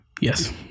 yes